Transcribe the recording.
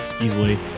easily